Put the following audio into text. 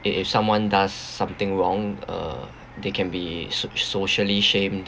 if if someone does something wrong uh they can be so~ socially shamed